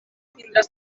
tindràs